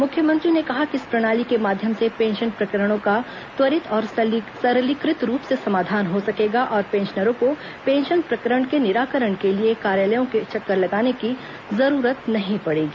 मुख्यमंत्री ने कहा कि इस प्रणाली के माध्यम से पेंशन प्रकरणों का त्वरित और सरलीकृत रूप से समाधान हो सकेगा और पेंशनरों को पेंशन प्रकरण के निराकरण के लिए कार्यालयों के चक्कर लगाने की जरूरत नहीं पड़ेगी